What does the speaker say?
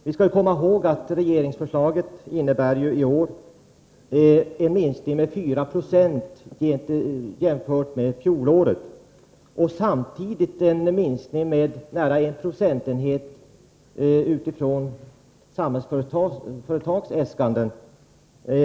Vi skall komma ihåg att regeringens förslag i år innebär en minskning med 4 procentenheter jämfört med fjolåret och samtidigt med nära 1 procentenhet utifrån Samhällsföretags äskanden.